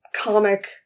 comic